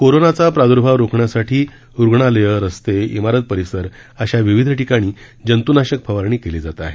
कोरोनाचा प्रादुर्भाव रोखण्यासाठी रुग्णालये रस्ते मिरत परिसर अशा विविध ठिकाणी जंतूनाशक फवारणी केली जात आहे